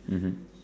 mmhmm